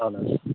اَہَن حظ